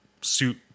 suit